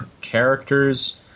characters